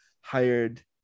hired